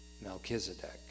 Melchizedek